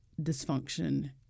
dysfunction